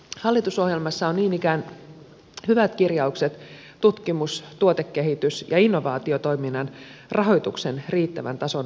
hallitusohjelmassa on niin ikään hyvät kirjaukset tutkimus tuotekehitys ja innovaatiotoiminnan rahoituksen riittävän tason varmistamisesta